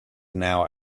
now